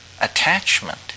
attachment